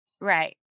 Right